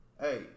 hey